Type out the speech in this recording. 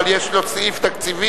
אבל יש לו סעיף תקציבי,